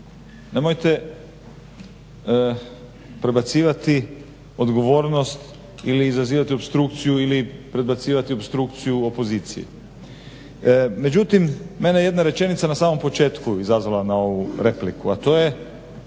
Nemojte prebacivati odgovornost ili izazivati opstrukciju ili predbacivati opstrukciju opoziciji. Međutim, mene jedna rečenica na samom početku izazvala na ovu repliku, a to je